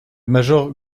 major